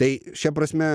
tai šia prasme